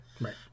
Right